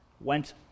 went